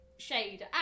Shade